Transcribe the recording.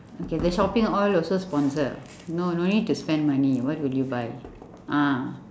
okay the shopping all also sponsor no no need to spend money what will you buy ah